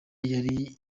yari